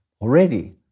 already